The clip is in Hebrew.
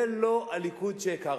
זה לא הליכוד שהכרתי.